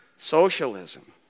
Socialism